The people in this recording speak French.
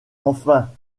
enfin